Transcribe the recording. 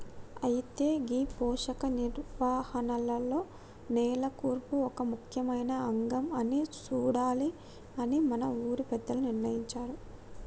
అయితే గీ పోషక నిర్వహణలో నేల కూర్పు ఒక ముఖ్యమైన అంగం అని సూడాలి అని మన ఊరి పెద్దలు నిర్ణయించారు